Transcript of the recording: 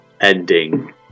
ending